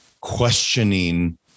questioning